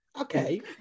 Okay